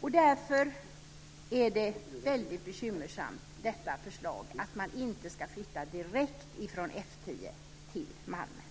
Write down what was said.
Därför är detta förslag väldigt bekymmersamt, att man inte ska flytta direkt från F 10 till Malmen.